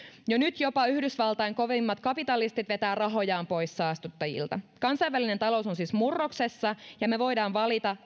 jo nyt jopa yhdysvaltain kovimmat kapitalistit vetävät rahojaan pois saastuttajilta kansainvälinen talous on siis murroksessa ja me voimme valita